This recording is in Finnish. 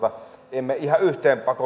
emme ihan yhteen